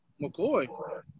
McCoy